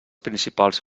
principals